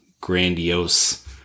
Grandiose